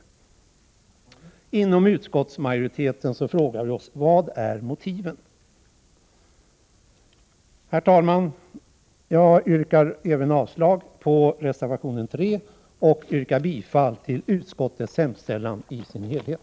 Vi i utskottsmajoriteten frågar oss: Vilka är motiven? Herr talman! Jag yrkar avslag på reservation 3 och bifall till utskottets hemställan i dess helhet.